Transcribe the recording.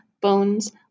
bones